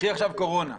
קחי את תקופת הקורונה.